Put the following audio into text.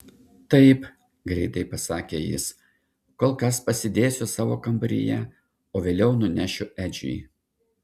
taip greitai pasakė jis kol kas pasidėsiu savo kambaryje o vėliau nunešiu edžiui